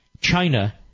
China